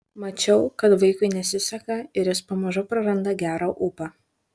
mačiau kad vaikui nesiseka ir jis pamažu praranda gerą ūpą